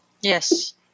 Yes